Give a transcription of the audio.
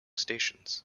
stations